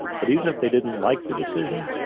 but even if they didn't like the decision,